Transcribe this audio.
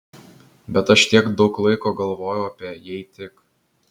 bet aš tiek daug laiko galvojau apie jei tik